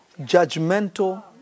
judgmental